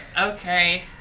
Okay